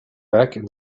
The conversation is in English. back